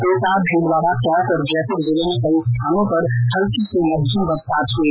कोटा भीलवाड़ा टोंक और जयपुर जिले में कई स्थानों पर हल्की से मध्यम बरसात हुई